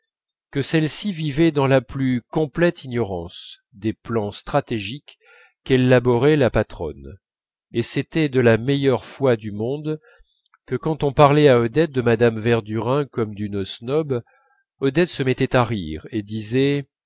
que celle-ci vivait dans la plus complète ignorance des plans stratégiques qu'élaborait la patronne et c'était de la meilleure foi du monde que quand on parlait à odette de mme verdurin comme d'une snob odette se mettait à rire et disait